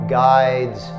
guides